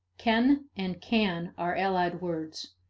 ken and can are allied words.